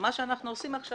ומה שאנחנו עושים עכשיו,